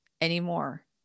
anymore